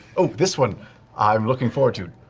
oh, this one i'm looking forward to!